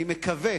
אני מקווה